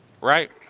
Right